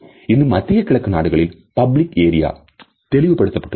இன்னுமும் மத்திய கிழக்கு நாடுகளில் public areas தெளிவு படுத்தப்பட்டுள்ளது